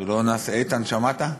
איתן, שמעת?